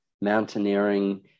mountaineering